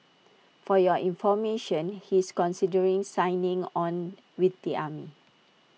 for your information he's considering signing on with the army